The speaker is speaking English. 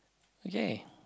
okay